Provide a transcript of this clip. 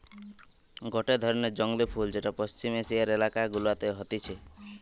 গটে ধরণের জংলী ফুল যেটা পশ্চিম এশিয়ার এলাকা গুলাতে হতিছে